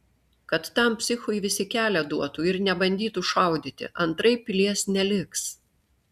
kad tam psichui visi kelią duotų ir nebandytų šaudyti antraip pilies neliks